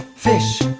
fish